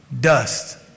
Dust